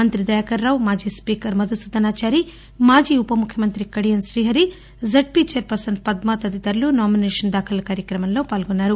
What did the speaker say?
మంతి దయాకర్ రావు మాజీ స్పీకర్ మధుసూదనాచారి మాజీ ఉపముఖ్యమంతి కడియం శ్రీహరి జడ్పి చైర్మన్ పద్మా తదితరులు నామినేషన్ దాఖలు కార్యక్రమలో పాల్గొన్నారు